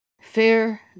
Fear